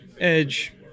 edge